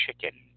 chicken